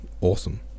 awesome